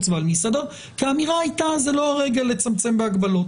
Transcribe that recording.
ועל מסעדות כי האמירה הייתה שזה לא הרגע לצמצם בהגבלות.